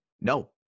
No